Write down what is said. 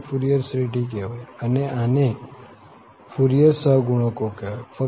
આને ફુરિયર શ્રેઢી કહેવાય અને આને ફુરિયર સહગુણકો કહેવાય